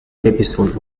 episodes